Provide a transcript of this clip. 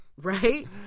Right